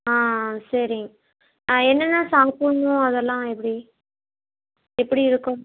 ஆ சரிங்க ஆ என்னென்ன சாப்பிட்ணும் அதெல்லாம் எப்படி எப்படி இருக்கும்